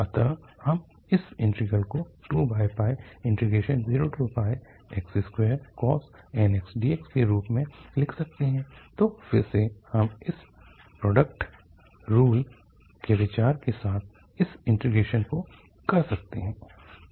अतः हम इस इंटीग्रल को 20x2cos nx dx के रूप में लिख सकते हैं तो फिर से हम इस प्रोडक्ट रूल के विचार के साथ इस इंटीग्रेशन को कर सकते हैं